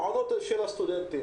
המעונות של הסטודנטים.